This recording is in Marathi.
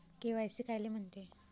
के.वाय.सी कायले म्हनते?